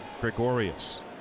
Gregorius